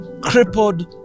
crippled